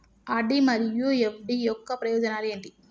RD మరియు FD యొక్క ప్రయోజనాలు ఏంటి?